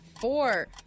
four